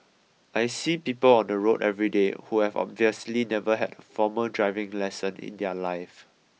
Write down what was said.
I see people on the road everyday who have obviously never had a formal driving lesson in their life